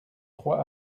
trois